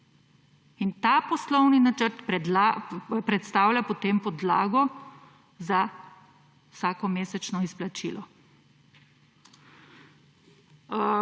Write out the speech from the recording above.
In ta poslovni načrt predstavlja potem podlago za vsakomesečno izplačilo.